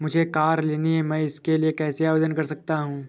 मुझे कार लेनी है मैं इसके लिए कैसे आवेदन कर सकता हूँ?